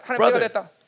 Brother